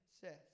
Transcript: says